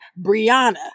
Brianna